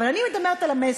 אבל אני מדברת על המסר,